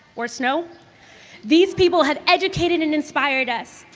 or snow these people have educated and inspired us,